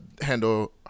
handle